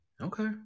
Okay